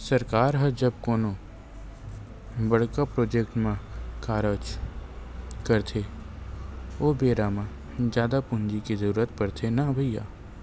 सरकार ह जब कोनो बड़का प्रोजेक्ट म कारज करथे ओ बेरा म जादा पूंजी के जरुरत पड़थे न भैइया